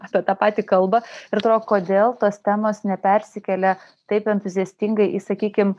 apie tą patį kalba ir atrodo kodėl tos temos nepersikėlia taip entuziastingai į sakykim